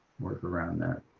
work around that.